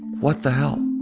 what the hell?